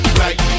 right